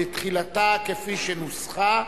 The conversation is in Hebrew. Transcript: בתחילה כפי שנוסחה,